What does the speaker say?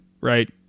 right